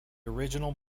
original